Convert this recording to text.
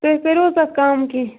تُہۍ کٔرِوٕ تتھ کَم کیٚنٛہہ